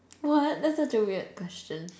what that's such a weird question